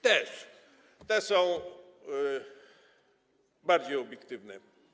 Też, one są bardziej obiektywne.